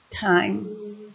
time